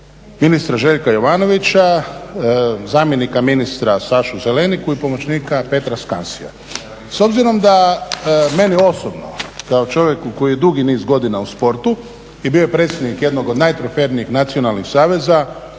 ministra Željka Jovanovića, zamjenika ministra Sašu Zeleniku i pomoćnika Petra Skansija. S obzirom da meni osobno kao čovjeku koji je dugi niz godina u sportu i bio je predsjednik jednog od najtrofejnijih nacionalnih saveza